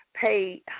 pay